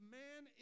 man